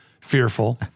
fearful